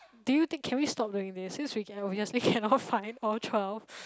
do you think can we stop doing this since we can obviously cannot find all twelve